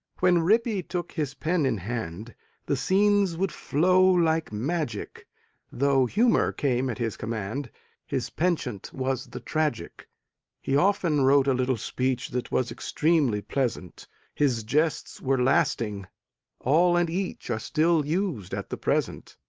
when rippy took his pen in hand the scenes would flow like magic though humor came at his command his penchant was the tragic he often wrote a little speech that was extremely pleasant his jests were lasting all and each are still used at the present.